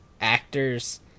actors